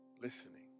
Listening